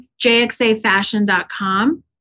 jxafashion.com